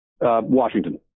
washington